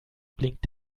blinkt